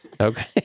Okay